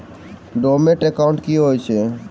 Dormant account की छैक?